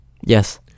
Yes